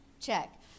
check